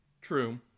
True